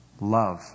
Love